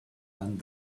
done